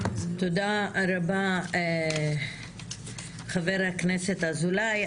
תודה רבה, חה"כ אזולאי.